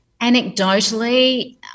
anecdotally